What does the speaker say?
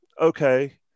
okay